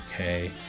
okay